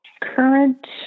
Current